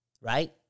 Right